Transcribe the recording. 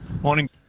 Morning